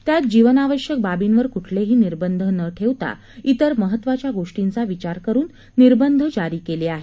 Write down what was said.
त्यात जीवनावश्यक बाबींवर कुठलेही निर्बंध न ठेवता तिर महत्त्वाच्या गोष्टींचा विचार करून निर्बंध जारी केले आहेत